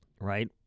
Right